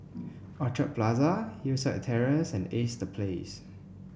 Orchard Plaza Hillside Terrace and Ace The Place